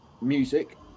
music